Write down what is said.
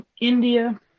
india